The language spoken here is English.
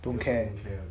don't care